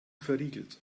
verriegelt